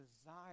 desire